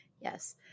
yes